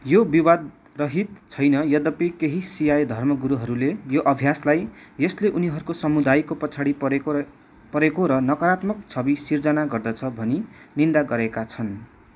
यो विवादरहित छैन यद्यपि केही सियाई धर्मगुरुहरूले यो अभ्यासलाई यसले उनीहरूको समुदायको पछाडि परेको र परेको र नकारात्मक छवि सिर्जना गर्दछ भनी निन्दा गरेका छन्